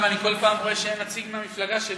כל פעם אני רואה שאין נציג מהמפלגה שלי,